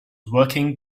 working